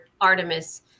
Artemis